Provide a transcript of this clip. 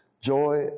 Joy